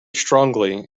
strongly